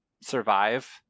survive